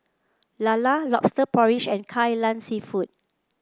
lala lobster porridge and Kai Lan seafood